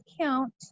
count